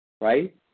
right